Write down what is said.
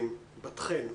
בת חן,